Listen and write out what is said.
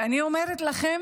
ואני אומרת לכם